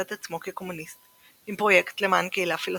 את עצמו כ"קומוניסט" עם "פרויקט למען קהילה פילוסופית".